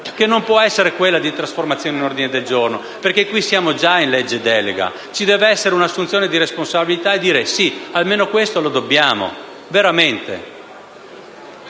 che non può essere quella di trasformazione in ordine del giorno, perché siamo già in legge delega. Ci deve essere un'assunzione di responsabilità per dire che almeno questo lo dobbiamo, veramente.